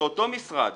שאותו משרד